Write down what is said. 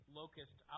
locust